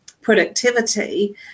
productivity